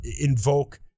invoke